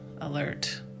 alert